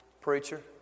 Preacher